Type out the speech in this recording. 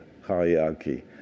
hierarchy